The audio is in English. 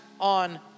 on